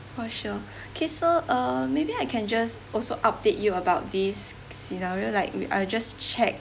for sure okay so uh maybe I can just also update you about this scenario like we I will just checked